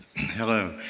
hello.